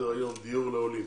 על סדר-היום: דיור לעולים.